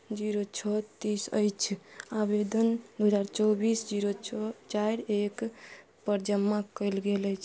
zero छओ तीस अछि आवेदन दुइ हजार चौबिस जीरो छओ चारि एकपर जमा कएल गेल अछि